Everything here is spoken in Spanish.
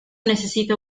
necesito